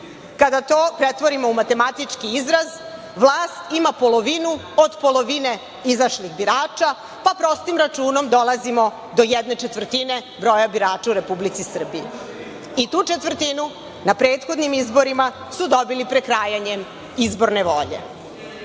kada to pretvorimo u matematički izraz vlast ima polovinu od polovine izašlih birača pa prostim računom dolazimo do jedne četvrtine broja birača u Republici Srbiji. Tu četvrtinu na prethodnim izborima su dobili prekrajanjem izborne